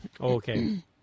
Okay